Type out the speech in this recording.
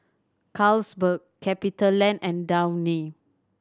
Carlsberg CapitaLand and Downy